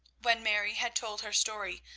when mary had told her story,